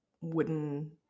wooden